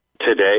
today